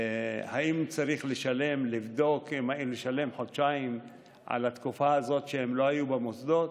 האם צריך לבדוק אם לשלם חודשיים על התקופה הזאת שהם לא היו במוסדות?